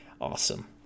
Awesome